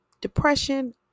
depression